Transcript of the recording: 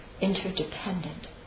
interdependent